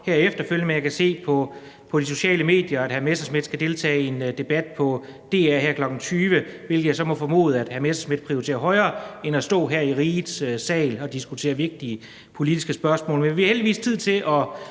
bomtrawl, men jeg kan se på de sociale medier, at hr. Morten Messerschmidt skal deltage i en debat på DR her kl. 20.00, hvilket jeg så må formode, hr. Morten Messerschmidt prioriterer højere end at stå her i rigets sal og diskutere vigtige politiske spørgsmål.